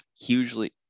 hugely